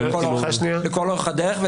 לכל אורך הדרך.